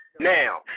Now